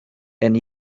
and